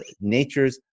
nature's